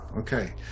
Okay